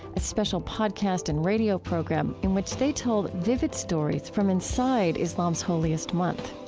a special podcast and radio program in which they told vivid stories from inside islam's holiest month.